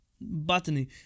botany